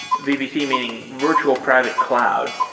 vpc meaning virtual private cloud.